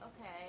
okay